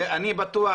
ואני בטוח